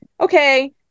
okay